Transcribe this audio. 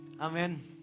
Amen